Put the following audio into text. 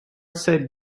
said